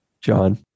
John